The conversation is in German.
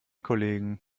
kollegen